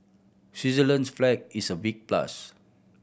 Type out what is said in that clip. Switzerland's flag is a big plus